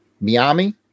Miami